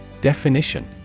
Definition